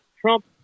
trump